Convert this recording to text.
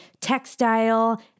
textile